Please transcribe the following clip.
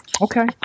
Okay